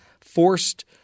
forced –